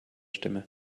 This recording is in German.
stimme